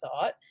thought